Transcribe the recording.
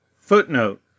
Footnote